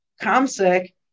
ComSec